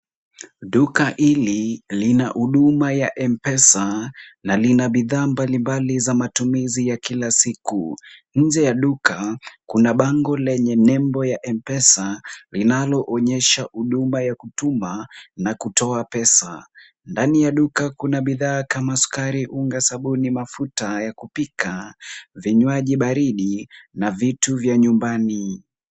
Duka hili lina huduma ya M-Pesa na lina bidhaa mbalimbali za matumizi ya kila siku. Nje ya duka, kuna bango lenye nembo ya M-Pesa linaloonyesha huduma ya kutuma na kutoa pesa. Ndani ya duka, kuna bidhaa kama sukari, unga, sabuni, mafuta ya kupika, vinywaji baridi na vitu vya nyumbani.